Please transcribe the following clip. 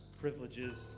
privileges